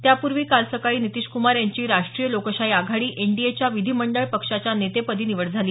त्यापूर्वी काल सकाळी नितीशक्मार यांची राष्ट्रीय लोकशाही आघाडी एनडीएच्या विधिमंडळ पक्षाच्या नेतेपदी निवड झाली